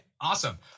awesome